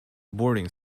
boarding